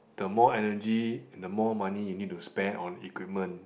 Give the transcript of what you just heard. the more energy the more money you need to spend on equipment